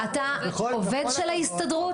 אתה עובד של ההסתדרות?